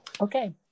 Okay